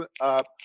up